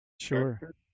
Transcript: Sure